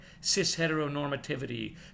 cis-heteronormativity